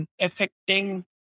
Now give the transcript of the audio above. affecting